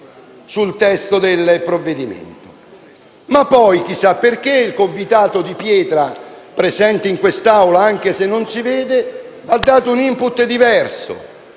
sul testo del provvedimento. Ma poi - chissà perché - il convitato di pietra presente in quest'Aula (anche se non si vede) ha dato un *input* diverso